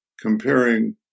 comparing